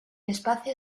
espacio